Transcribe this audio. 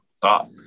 stop